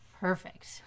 Perfect